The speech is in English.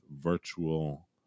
virtual